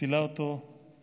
מצילה אותו ממוות.